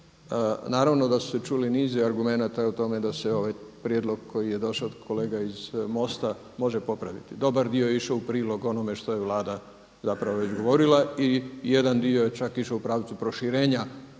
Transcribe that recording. naravno da su se čuli niz argumenata o tome da se ovaj prijedlog koji je došao od kolega iz Mosta može popraviti. Dobar dio je išao u prilog onome što je Vlada zapravo izgovorila i jedan dio je čak išao u pravcu proširenja